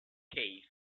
cave